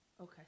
Okay